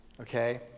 okay